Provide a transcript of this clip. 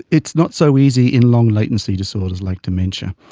it's not so easy in long latency disorders like dementia.